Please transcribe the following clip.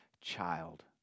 child